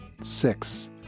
Six